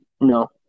No